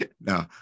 No